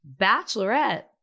bachelorette